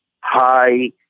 high